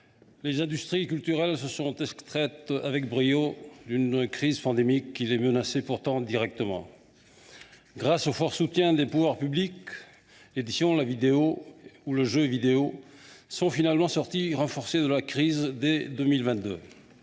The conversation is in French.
les industries culturelles se seront sorties avec brio d’une crise pandémique qui les menaçait pourtant directement. Grâce au fort soutien des pouvoirs publics, l’édition, la vidéo et le jeu vidéo sont finalement sortis et renforcés de la crise dès 2022.